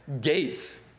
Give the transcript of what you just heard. gates